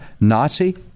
Nazi